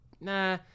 Nah